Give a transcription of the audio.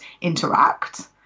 interact